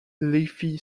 leafy